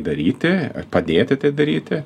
daryti padėti tai daryti